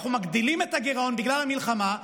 אנחנו מגדילים את הגירעון בגלל המלחמה.